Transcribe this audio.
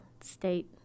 state